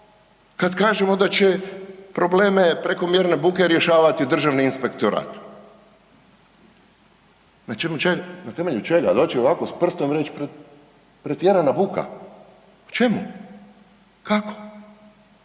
kad kažemo da će probleme prekomjerne buke rješavati državni inspektorat? Na temelju čega? Doći ovako s prstom i reći pretjerana buka? Na čemu? Kako?